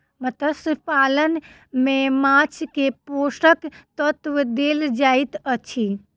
मत्स्य पालन में माँछ के पोषक तत्व देल जाइत अछि